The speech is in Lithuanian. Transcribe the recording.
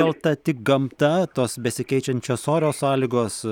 kalta tik gamta tos besikeičiančios oro sąlygos